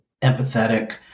empathetic